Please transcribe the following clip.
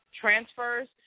transfers